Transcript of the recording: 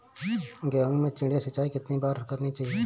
गेहूँ में चिड़िया सिंचाई कितनी बार करनी चाहिए?